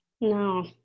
No